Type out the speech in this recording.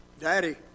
Daddy